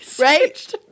Right